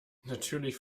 natürlich